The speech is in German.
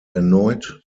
erneut